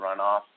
runoff